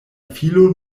filo